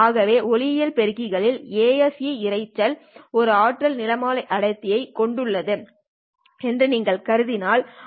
ஆகவே ஒளியியல் பெருக்கிகளின் ASE இரைச்சல் ஒரு ஆற்றல் நிறமாலை அடர்த்தியைக் கொண்டுள்ளது என்று நீங்கள் கருதினால் அது nsphν